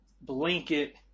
blanket